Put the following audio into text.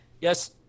yes